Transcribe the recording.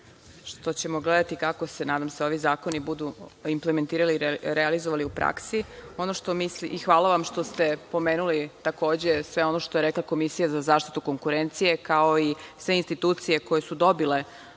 što ćemo gledati kako se, nadam se, ovi zakoni budu implementirali i realizovali u praksi. Hvala vam i što ste pomenuli takođe sve ono što je rekla Komisija za zaštitu konkurencije, kao i sve institucije koje su dobile